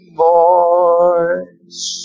voice